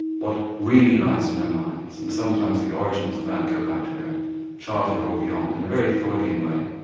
what really lies in their minds and sometimes the origins of that go back to their childhood or beyond in a very freudian way.